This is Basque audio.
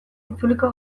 itzuliko